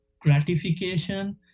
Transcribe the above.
gratification